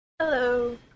Hello